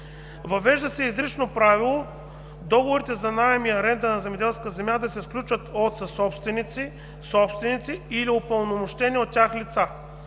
Въвежда се изрично правило договорите за наем и аренда на земеделска земя да се сключват от съсобственици, собственици или от упълномощени от тях лица.